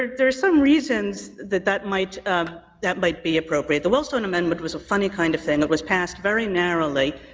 there are some reasons that that might ah that might be appropriate. the wellstone amendment was a funny kind of thing that was passed very narrowly.